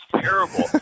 terrible